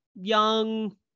young